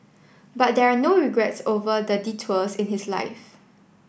but there are no regrets over the detours in his life